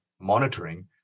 monitoring